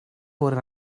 fod